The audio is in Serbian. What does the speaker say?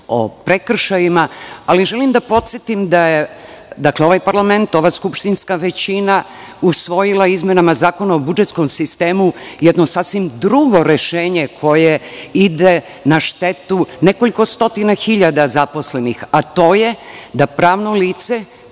o prekršajima. Želim da podsetim da je ovaj parlament, ova skupštinska većina usvojila izmenama Zakona o budžetskom sistemu jedno sasvim drugo rešenje koje ide na štetu nekoliko stotina hiljada zaposlenih, a to je da pravno lice